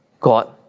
God